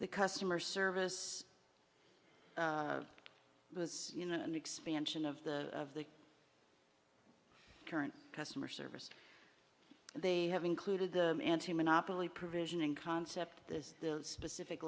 the customer service was you know an expansion of the the of current customer service they have included the anti monopoly provision in concept the specific